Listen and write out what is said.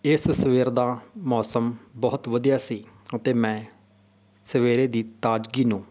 ਇਸ ਸਵੇਰ ਦਾ ਮੌਸਮ ਬਹੁਤ ਵਧੀਆ ਸੀ ਅਤੇ ਮੈਂ ਸਵੇਰੇ ਦੀ ਤਾਜ਼ਗੀ ਨੂੰ